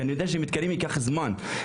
כי אני יודע שמתקנים ייקח זמן.